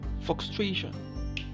frustration